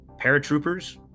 paratroopers